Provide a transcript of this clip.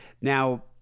Now